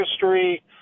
history